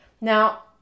Now